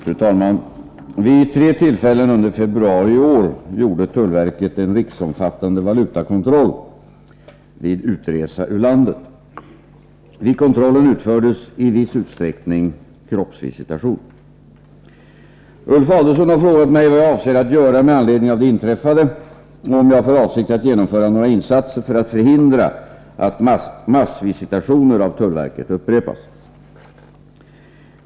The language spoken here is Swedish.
Fru talman! Vid tre tillfällen under februari i år gjorde tullverket en riksomfattande valutakontroll vid utresa ur landet. Vid kontrollen utfördes i viss utsträckning kroppsvisitation. Ulf Adelsohn har frågat mig vad jag avser att göra med anledning av det inträffade och om jag har för avsikt att genomföra några insatser för att förhindra att massvisitationer av tullverket upprepas.